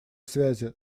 связи